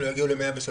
הם לא יגיעו ל-103.5%.